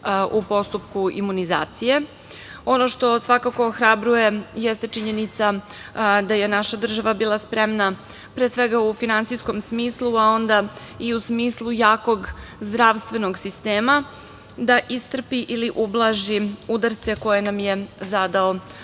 u postupku imunizacije. Ono što svakako ohrabruje jeste činjenica da je naša država bila spremna pre svega u finansijskom smislu, a onda i u smislu jakog zdravstvenog sistema da istrpi ili ublaži udarce koje nam je zadao